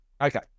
Okay